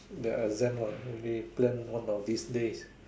their exams lah maybe plan one of these days